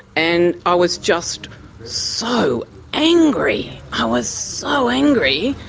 and i was just so angry i was so angry.